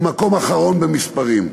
ומקום אחרון במספרים.